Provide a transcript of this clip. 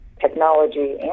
technology